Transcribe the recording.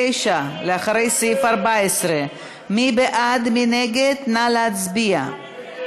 אחרי סעיף 14, מצביעים, חברת הכנסת סתיו שפיר?